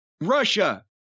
Russia